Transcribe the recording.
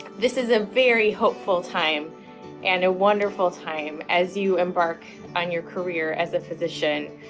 this is a very hopeful time and a wonderful time as you embark on your career as a physician.